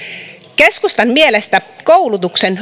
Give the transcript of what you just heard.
keskustan mielestä koulutuksen